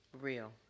Real